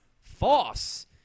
False